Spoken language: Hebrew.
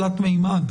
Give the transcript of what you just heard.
נכון.